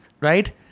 Right